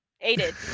aided